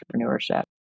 entrepreneurship